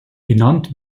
benannt